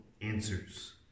answers